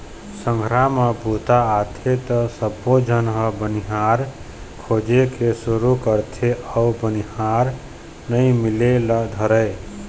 संघरा म बूता आथे त सबोझन ह बनिहार खोजे के सुरू करथे अउ बनिहार नइ मिले ल धरय